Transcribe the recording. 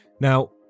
Now